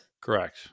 Correct